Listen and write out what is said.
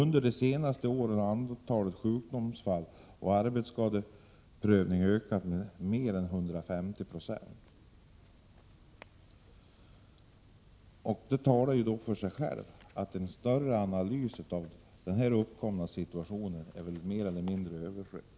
Under de senaste åren har antalet sjukdomsfall för arbetsskadeprövning ökat med mer än 150 90. Dessa siffror talar för sig själva. En större analys av den uppkomna situationen är då mer eller mindre överflödig.